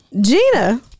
Gina